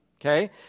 Okay